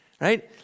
Right